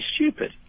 stupid